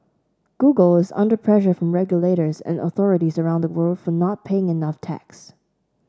Google is under pressure from regulators and authorities around the world for not paying enough tax